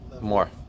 More